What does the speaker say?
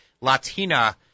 Latina